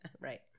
Right